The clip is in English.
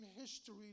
history